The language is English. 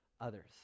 others